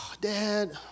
Dad